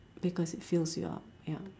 because it fills you up ya